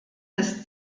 des